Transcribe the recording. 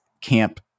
camp